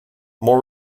more